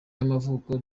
y’amavuko